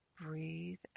breathe